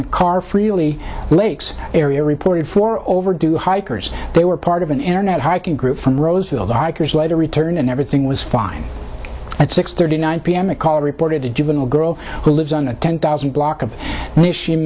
the car freely lakes area reported four overdue hikers they were part of an internet hiking group from roseville the hikers later return and everything was fine at six thirty nine pm a call reported a juvenile girl who lives on a ten thousand block of